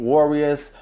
Warriors